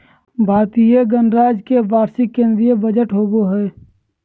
भारतीय गणराज्य के वार्षिक केंद्रीय बजट होबो हइ